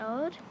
old